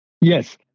Yes